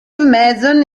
mason